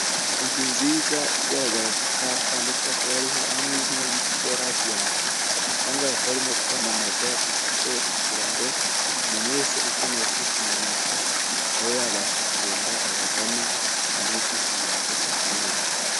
Inzu nziza igaragara ku cyapa, ndetse hakaba hariho n'izina ry'ikigo Radiyanti, ahangaha bakaba barimo kwamamaza ikigo, kugira ngo umuntu wese ukeneye kwishinganisha abe yabasha kugenda abagane, bamuhe ubwishingizi bwose akeneye.